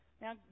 Now